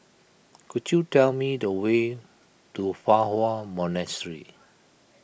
could you tell me the way to Fa Hua Monastery